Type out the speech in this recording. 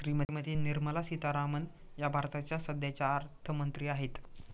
श्रीमती निर्मला सीतारामन या भारताच्या सध्याच्या अर्थमंत्री आहेत